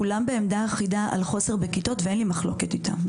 כולם בעמדה אחידה על חוסר בכיתות ואין לי מחלוקת איתם.